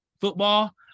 football